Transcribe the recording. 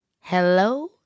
Hello